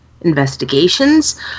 investigations